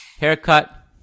haircut